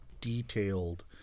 detailed